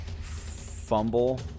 fumble